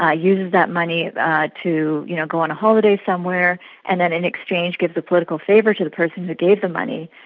ah uses that money ah to you know go on a holiday somewhere and then in exchange gives a political favour to the person who gave the money,